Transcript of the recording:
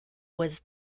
was